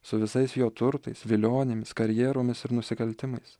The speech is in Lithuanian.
su visais jo turtais vilionėmis karjeromis ir nusikaltimais